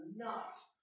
enough